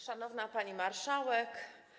Szanowna Pani Marszałek!